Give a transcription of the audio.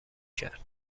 کرد